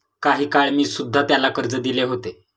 काही काळ मी सुध्धा त्याला कर्ज दिले होते